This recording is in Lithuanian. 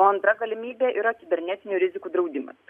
antra galimybė yra kibernetinių rizikų draudimas